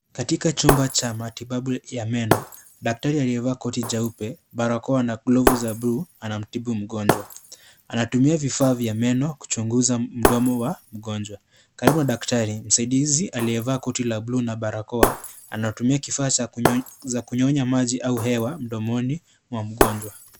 Katika chumba cha matibabu ya meno, daktari aliyevaa koti jeupe, barakoa na glovu za bluu anamtibu mgonjwa. Anatumia vifaa vya meno kuchunguza mdomo wa mgonjwa. Karibu na daktari, msaidizi Aliyevaa koti la bluu na barakoa, anatumia kifaa cha kunyonya maji au hewa mdomoni mwa mgonjwa.